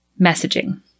messaging